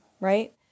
right